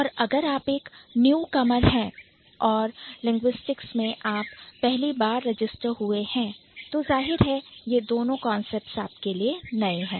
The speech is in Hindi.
और अगर आप एक newcomer है और Linguistics में आप पहली बार register हुए हैं तो जाहिर है यह दोनों concepts आपके लिए नए हैं